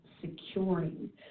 securing